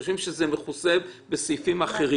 שהם חושבים שזה מכוסה בסעיפים אחרים.